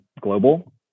global